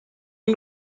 این